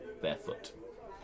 barefoot